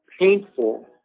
painful